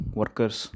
workers